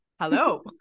Hello